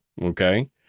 okay